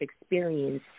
experience